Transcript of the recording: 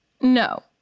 No